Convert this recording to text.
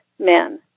men